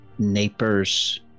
Napers